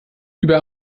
über